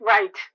Right